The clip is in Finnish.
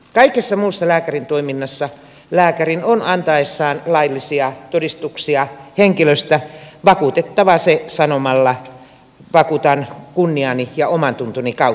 kaikessa muussa lääkärin toiminnassa lääkärin on antaessaan laillisia todistuksia henkilöstä vakuutettava se sanomalla vakuutan kunniani ja omantuntoni kautta